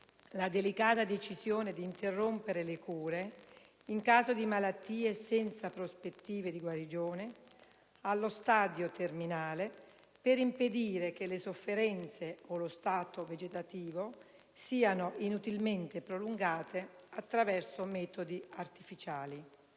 la delicata decisione di interrompere le cure in caso di malattie senza prospettive di guarigione, allo stadio terminale, per impedire che le sofferenze o lo stato vegetativo siano inutilmente prolungati attraverso metodi artificiali.